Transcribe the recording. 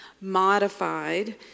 modified